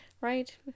Right